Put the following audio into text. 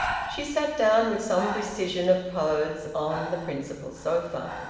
she sat down, with some precision of pose, on the principal sofa.